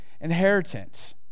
inheritance